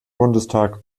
bundestag